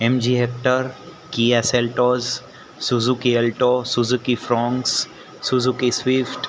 MG Hector Kia Seltos Suzuki Alto Suzuki Fronx Suzuki Swift